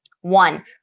One